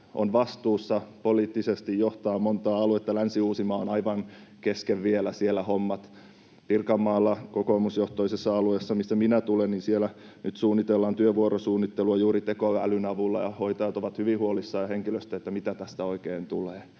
on vastuussa, se poliittisesti johtaa montaa aluetta. Länsi-Uusimaalla on vielä aivan kesken hommat. Pirkanmaalla kokoomusjohtoisella alueella, mistä minä tulen, nyt suunnitellaan työvuorosuunnittelua juuri tekoälyn avulla ja hoitajat ja henkilöstö ovat hyvin huolissaan, että mitä tästä oikein tulee.